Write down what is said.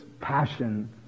passion